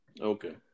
Okay